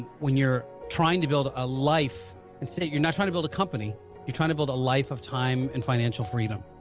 when you're trying to build a life and say you're not trying to build a company you're trying to build a life of time and financial freedom.